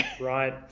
Right